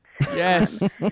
yes